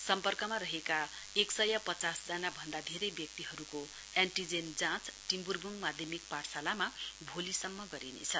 सम्पर्कमा रहेका एकसय पचासजनाभन्दा धेरै व्यक्तिहरूका एण्टिजेन जाँच टिम्ब्रब्ङ माध्यमिक पाठशालामा भोलिसम्म गरिनेछ